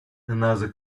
another